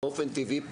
באופן טבעי,